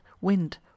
wind